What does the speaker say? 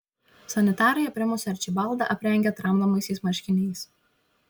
sanitarai aprimusį arčibaldą aprengė tramdomaisiais marškiniais